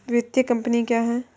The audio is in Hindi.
वित्तीय कम्पनी क्या है?